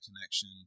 connection